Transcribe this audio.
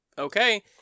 Okay